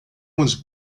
was